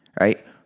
right